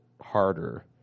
harder